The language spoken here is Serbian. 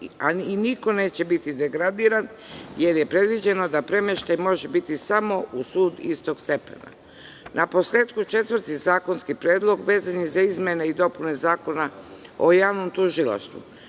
i niko neće biti degradiran, jer je predviđeno da premeštaj može biti samo u sud istog stepena. Naposletku, četvrti zakonski predlog vezan je za izmene i dopune Zakona o javnom tužilaštvu.